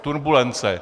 Turbulence.